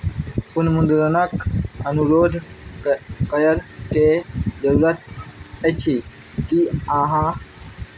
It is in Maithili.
पुनर्मुद्रणक अनुरोध कर करयके जरूरत अछि की अहाँ